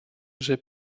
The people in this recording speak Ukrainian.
вже